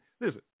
listen